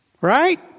right